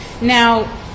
Now